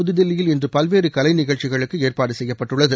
புதுதில்லியில் இன்று பல்வேறு கலை நிகழ்ச்சிகளுக்கு ஏற்பாடு செய்யப்பட்டுள்ளது